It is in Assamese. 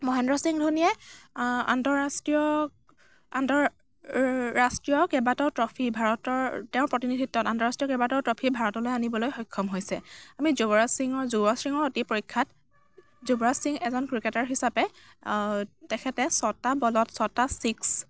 মহেন্দ্ৰ সিং ধোনীয়ে আন্তঃৰাষ্ট্ৰীয় আন্তঃ ৰাষ্ট্ৰীয় কেইবাটাও ট্ৰফী ভাৰতৰ তেওঁ প্ৰতিনিধিত্বত আন্তঃৰাষ্ট্ৰীয় কেইবাটাও ট্ৰফী ভাৰতলৈ আনিবলৈ সক্ষম হৈছে আমি যুবৰাজ সিঙৰ যুবৰাজ সিঙো অতি প্ৰখ্য়াত যুৱৰাজ সিং এজন ক্ৰিকেটাৰ হিচাপে তেখেতে ছটা বলত ছটা ছিক্স